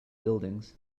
buildings